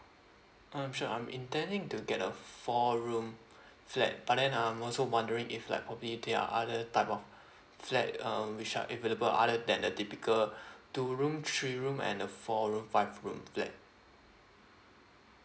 um sure I'm intending to get a four room flat but then um I'm also wondering if like probably they are other type of flat um which are available other than the typical two room three room and uh four room five room flat